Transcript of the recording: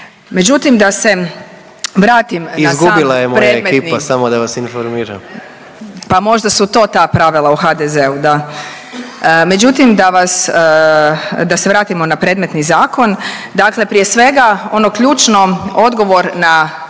Međutim, da se vratimo na predmetni zakon. Dakle, prije svega ono ključno odgovor na